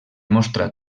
mostra